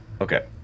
Okay